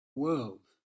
world